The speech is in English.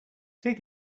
take